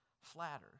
flatter